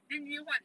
then 你没有换